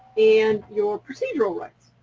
and your procedural rights.